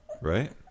Right